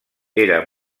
era